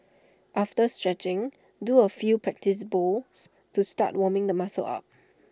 after stretching do A few practice bowls to start warming the muscles up